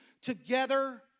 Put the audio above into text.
together